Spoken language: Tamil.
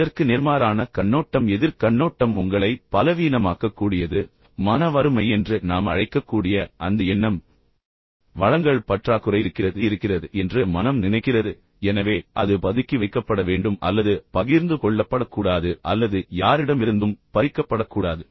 இதற்கு நேர்மாறான கண்ணோட்டம் எதிர்க் கண்ணோட்டம் உங்களை பலவீனமாக்கக்கூடியது மன வறுமை என்று நாம் அழைக்கக்கூடிய அந்த எண்ணம் வளங்கள் பற்றாக்குறை இருக்கிறது இருக்கிறது என்று மனம் நினைக்கிறது எனவே அது பதுக்கி வைக்கப்பட வேண்டும் அல்லது பகிர்ந்து கொள்ளப்படக்கூடாது அல்லது யாரிடமிருந்தும் பறிக்கப்படக்கூடாது